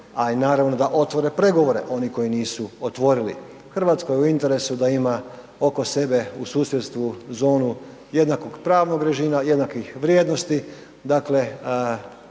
a i naravno da otvore pregovore oni koji nisu otvorili, RH je u interesu da ima oko sebe u susjedstvu zonu jednakog pravnog režima, jednakih vrijednosti,